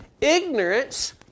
Ignorance